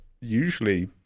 usually